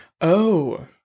Oh